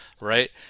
right